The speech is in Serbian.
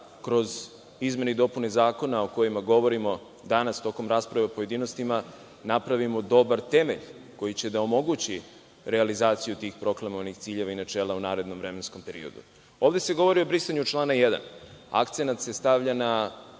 kroz izmene i dopune zakona o kojima govorimo danas tokom rasprave u pojedinostima napravimo dobar temelj koji će da omogući realizaciju tih proklamovanih ciljeva i načela u narednom periodu. Ovde se govori o brisanju člana 1, akcenat se stavlja na